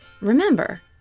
Remember